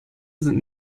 sind